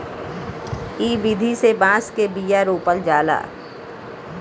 इ विधि से बांस के बिया रोपल जाला